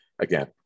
again